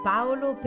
Paolo